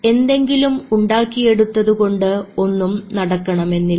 എന്തെങ്കിലും ഉണ്ടാക്കിയെടുത്തതുകൊണ്ട് ഒന്നും നടക്കണമെന്നില്ല